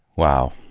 wow.